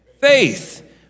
Faith